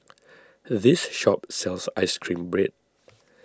this shop sells Ice Cream Bread